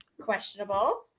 questionable